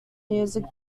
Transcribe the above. music